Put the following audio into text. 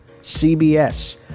CBS